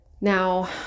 Now